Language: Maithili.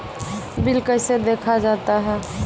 बिल कैसे देखा जाता हैं?